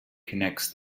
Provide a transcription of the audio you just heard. connects